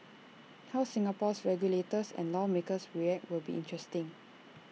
how Singapore's regulators and lawmakers will react will be interesting